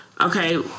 Okay